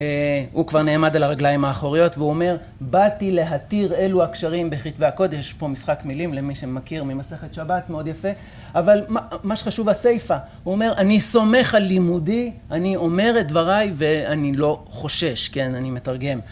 הוא כבר נעמד על הרגליים האחוריות והוא אומר, באתי להתיר אלו הקשרים בכתבי הקודש, יש פה משחק מילים למי שמכיר ממסכת שבת, מאוד יפה, אבל מה שחשוב הסיפא, הוא אומר, אני סומך על לימודי, אני אומר את דבריי ואני לא חושש, כן, אני מתרגם